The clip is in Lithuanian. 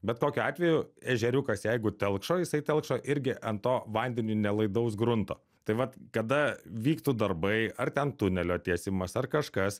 bet kokiu atveju ežeriukas jeigu telkšo jisai telkšo irgi ant to vandeniui nelaidaus grunto tai vat kada vyktų darbai ar ten tunelio tiesimas ar kažkas